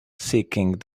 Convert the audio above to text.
seeking